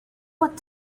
what